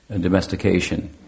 domestication